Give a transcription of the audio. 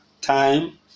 time